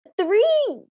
three